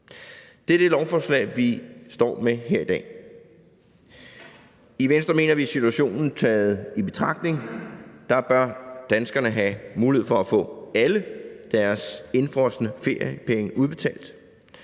det, det lovforslag, vi står med her i dag, handler om. I Venstre mener vi situationen taget i betragtning, at danskerne bør have mulighed for at få alle deres indefrosne feriepenge udbetalt.